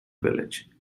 village